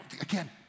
Again